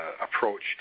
approach